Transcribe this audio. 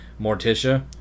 morticia